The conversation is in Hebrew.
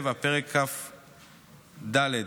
פרק כ"ד,